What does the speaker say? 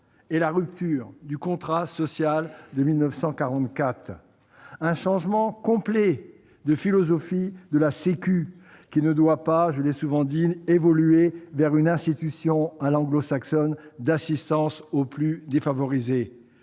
est la rupture du contrat social de 1944, qui marque un changement complet de philosophie de la « sécu ». Celle-ci ne doit pas, je l'ai souvent souligné, évoluer vers une institution à l'anglo-saxonne d'assistance aux plus défavorisés.